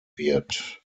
wird